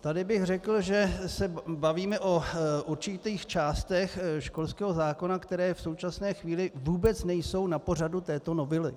Tady bych řekl, že se bavíme o určitých částech školského zákona, které v současné chvíli vůbec nejsou na pořadu této novely.